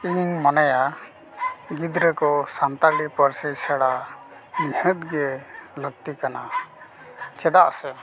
ᱤᱧᱤᱧ ᱢᱚᱱᱮᱭᱟ ᱜᱤᱫᱽᱨᱟᱹ ᱠᱚ ᱥᱟᱱᱛᱟᱲᱤ ᱯᱟᱹᱨᱥᱤ ᱥᱮᱬᱟ ᱱᱤᱦᱟᱹᱛ ᱜᱮ ᱞᱟᱹᱠᱛᱤ ᱠᱟᱱᱟ ᱪᱮᱫᱟᱜ ᱥᱮ